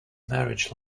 marriage